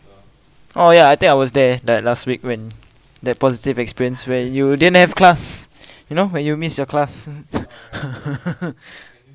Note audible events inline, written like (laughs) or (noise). oh ya I think I was there that last week when that positive experience where you didn't have class you know when you missed your class (laughs)